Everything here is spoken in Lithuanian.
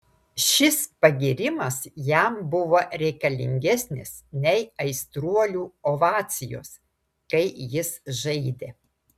šis pagyrimas jam buvo reikalingesnis nei aistruolių ovacijos kai jis žaidė